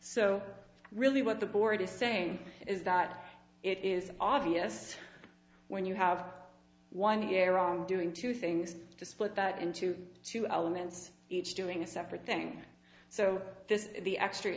so really what the board is saying is that it is obvious when you have one here on doing two things to split that into two elements each doing a separate thing so this is the extra